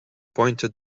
pointed